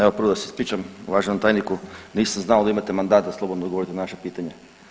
Evo prvo da se ispričam uvaženom tajniku, nisam znao da imate mandat da slobodno ogovorite na naša pitanja.